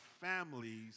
families